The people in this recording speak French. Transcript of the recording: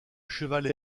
chevalet